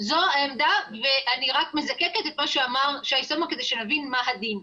זו העמדה ואני רק מזקקת את מה שאמר שי סומך כדי שנבין מה הדין.